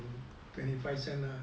twenty five cent ah